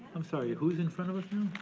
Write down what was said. i'm sorry, who's in front of us